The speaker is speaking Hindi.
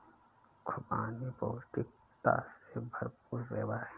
खुबानी पौष्टिकता से भरपूर मेवा है